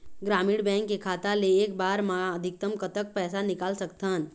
ग्रामीण बैंक के खाता ले एक बार मा अधिकतम कतक पैसा निकाल सकथन?